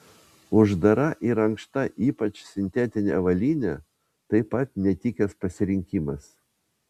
uždara ir ankšta ypač sintetinė avalynė taip pat netikęs pasirinkimas